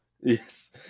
Yes